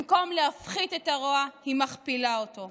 במקום להפחית את הרוע, היא מכפילה אותו.